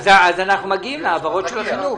אז אנחנו מגיעים להעברות של החינוך.